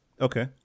okay